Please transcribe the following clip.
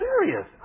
serious